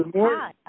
Hi